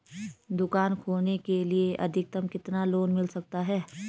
दुकान खोलने के लिए अधिकतम कितना लोन मिल सकता है?